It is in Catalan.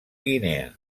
guinea